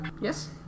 Yes